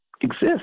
exist